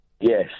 Yes